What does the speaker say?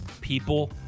People